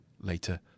later